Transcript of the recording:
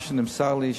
מה שנמסר לי,